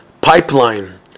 pipeline